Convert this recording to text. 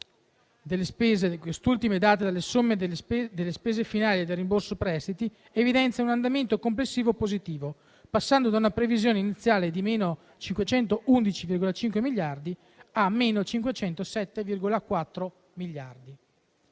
queste ultime date dalla somma delle spese finali e del rimborso prestiti) evidenzia un andamento complessivo positivo, passando da una previsione iniziale di -511,5 miliardi a -507,4 miliardi.